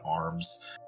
arms